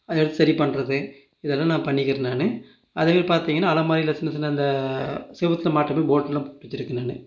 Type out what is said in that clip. அதை சரி பண்றது இதெல்லாம் நான் பண்ணிக்கிறேன் நான் அதேமாரி பார்த்தீங்கனா அலமாரியில் சின்னச் சின்ன இந்த செவத்துல மாட்டுற போர்ட்லாம் வச்சிருக்கேன் நான்